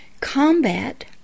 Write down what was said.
combat